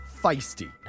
feisty